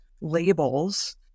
labels